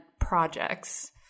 projects